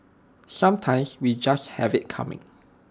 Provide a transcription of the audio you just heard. sometimes we just have IT coming